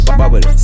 bubble